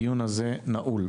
תודה, הדיון הזה נעול.